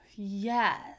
Yes